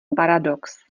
paradox